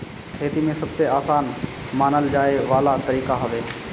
खेती में सबसे आसान मानल जाए वाला तरीका हवे